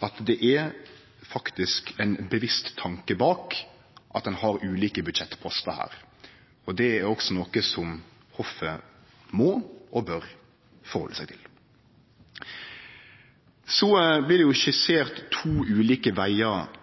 seier at det er ein bevisst tanke bak at ein har ulike budsjettpostar her. Det er noko som også hoffet må og bør halde seg til. Det blir skissert to ulike vegar